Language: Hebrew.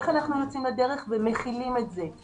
איך אנחנו יוצאים לדרך ומחילים את זה.